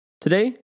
Today